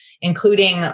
including